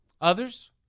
Others